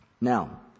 Now